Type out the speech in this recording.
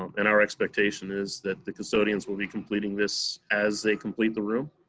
um and our expectation is that the custodians will be completing this as they complete the room.